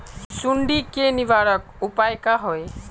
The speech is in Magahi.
सुंडी के निवारक उपाय का होए?